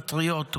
פטריוט,